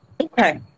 Okay